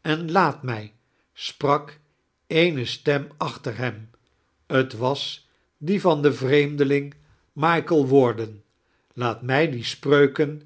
en laat mij spiak eene stem achteir hem t was die van den vreemdeling michael warden laat mij die spreiuken